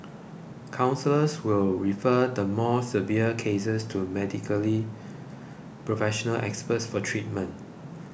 counsellors will refer the more severe cases to medically professional experts for treatment